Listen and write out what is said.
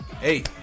Hey